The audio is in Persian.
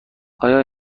آیا